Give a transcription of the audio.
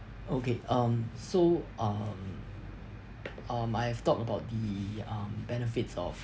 okay um so um um I have talked about the um benefits of